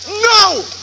No